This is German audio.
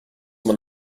man